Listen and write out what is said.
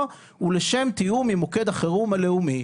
ולשם תיאום עם מוקד החירום הלאומי".